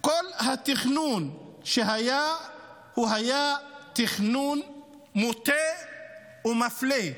כל התכנון, הוא היה תכנון מוטה ומפלה,